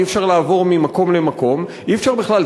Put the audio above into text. אי-אפשר לעבור ממקום למקום, אי-אפשר בכלל.